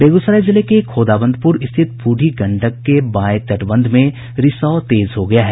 बेगूसराय जिले के खोदाबंदपुर स्थित बूढ़ी गंडक के बांय तटबंध में रिसाव तेज हो गया है